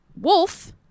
Wolf